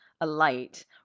alight